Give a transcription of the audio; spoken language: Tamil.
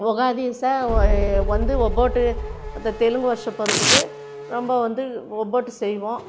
ஒகாதிச வந்து ஒபோட்டு அந்த தெலுங்கு வருஷ பிறப்புக்கு ரொம்ப வந்து ஒபோட்டு செய்வோம்